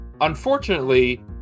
unfortunately